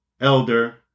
elder